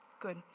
Good